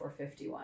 451